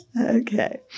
Okay